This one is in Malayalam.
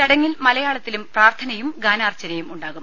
ചടങ്ങിൽ മലയാളത്തിലും പ്രാർത്ഥനയും ഗാനാർച്ചനയും ഉണ്ടാകും